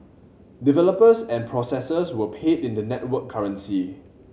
developers and processors were paid in the network currency